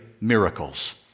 miracles